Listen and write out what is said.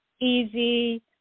easy